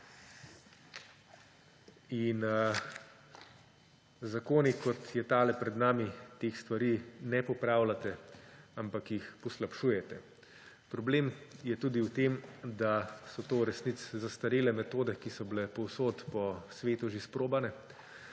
Z zakoni, kot je tale pred nami, teh stvari ne popravljate, ampak jih poslabšujete. Problem je tudi v tem, da so to v resnici zastarele metode, ki so bile povsod po svetu že preizkušene.